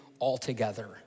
altogether